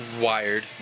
Wired